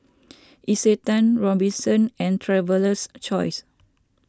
Isetan Robinsons and Traveler's Choice